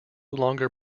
longer